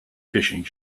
fishing